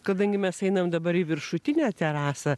kadangi mes einam dabar į viršutinę terasą